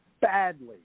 badly